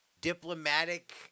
diplomatic